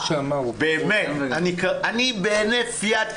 זה בהינף יד,